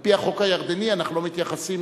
על-פי החוק הירדני אנחנו לא מתייחסים